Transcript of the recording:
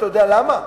אתה יודע למה?